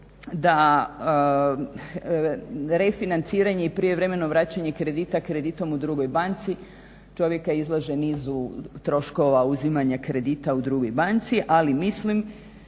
da refinanciranje i prijevremeno vraćanje kredita i kreditom u drugoj banci, čovjeka izlaže nizu troškova uzimanja kredita u drugoj banci. Ali mislim